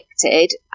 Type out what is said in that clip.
convicted